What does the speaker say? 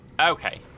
Okay